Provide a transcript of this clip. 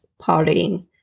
partying